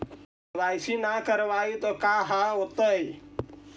KYC न करवाई तो का हाओतै?